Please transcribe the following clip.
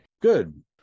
Good